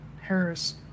Harris